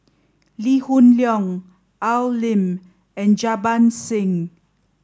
Lee Hoon Leong Al Lim and Jarbans Singh